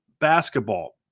basketball